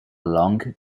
long